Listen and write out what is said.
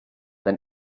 than